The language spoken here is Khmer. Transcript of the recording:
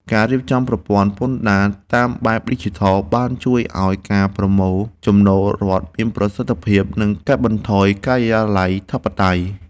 ការរៀបចំប្រព័ន្ធពន្ធដារតាមបែបឌីជីថលបានជួយឱ្យការប្រមូលចំណូលរដ្ឋមានប្រសិទ្ធភាព និងកាត់បន្ថយការិយាល័យធិបតេយ្យ។